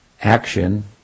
action